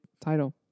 title